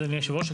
אדוני היושב-ראש,